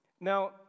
Now